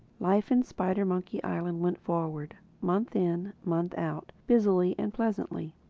life in spidermonkey island went forward, month in month out, busily and pleasantly.